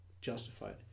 justified